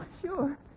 Sure